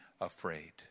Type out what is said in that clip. afraid